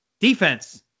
Defense